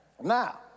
Now